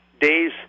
days